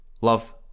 Love